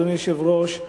אדוני היושב-ראש,